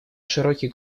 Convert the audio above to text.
широкий